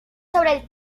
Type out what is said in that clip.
sobre